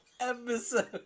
episode